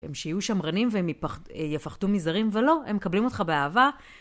הם שיהיו שמרנים והם יפחדו מזרים, אבל לא, הם מקבלים אותך באהבה.